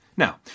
Now